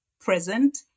present